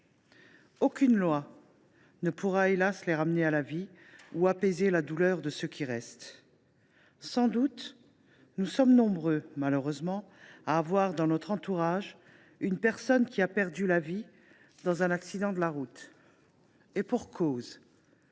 Aucune loi ne pourra, hélas ! les ramener à la vie ou apaiser la douleur de ceux qui restent. Nous sommes sans doute nombreux à connaître, dans notre entourage, une personne qui a perdu la vie dans un accident de la route. Et pour cause :